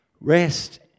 Rest